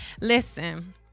Listen